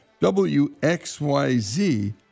WXYZ